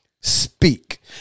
speak